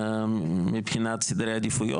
מבחינת סדרי עדיפויות.